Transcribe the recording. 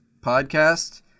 podcast